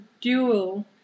dual